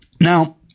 Now